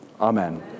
Amen